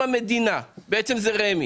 אם המדינה, בעצם זה רמ"י